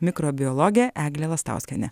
mikrobiologė eglė lastauskienė